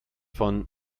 von